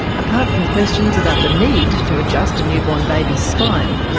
apart from questions about the need to adjust a newborn baby's spine,